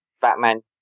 Batman